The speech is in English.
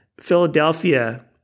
Philadelphia